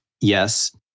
yes